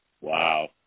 Wow